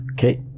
Okay